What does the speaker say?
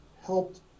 helped